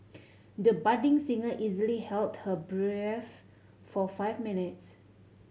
the budding singer easily held her breath for five minutes